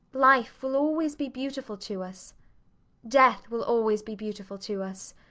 life will always be beautiful to us death will always be beautiful to us.